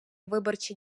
виборчі